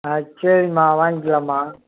ஆ சரிமா ஆ வாங்கிக்கலாம்மா